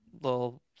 little